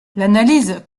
l’analyse